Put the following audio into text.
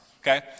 okay